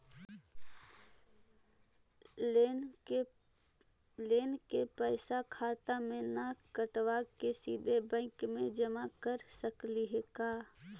Loan के पैसा खाता मे से न कटवा के सिधे बैंक में जमा कर सकली हे का?